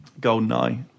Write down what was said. Goldeneye